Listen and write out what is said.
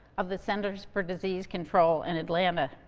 of the centers for disease control in atlanta.